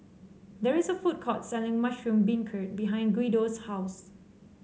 there is a food court selling Mushroom Beancurd behind Guido's house